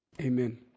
amen